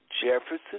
Jefferson